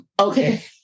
Okay